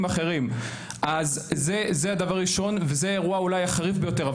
אחרים אז זה הדבר הראשון וזה האירוע אולי החריף ביותר,